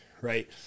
Right